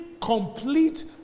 complete